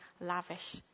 lavish